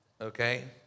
Okay